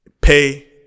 Pay